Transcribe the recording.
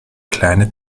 kleine